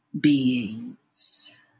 beings